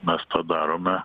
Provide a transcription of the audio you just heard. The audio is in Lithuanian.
mes tą darome